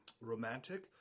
romantic